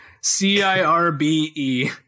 C-I-R-B-E